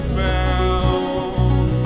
found